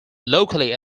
locally